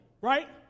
right